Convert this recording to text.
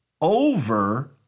over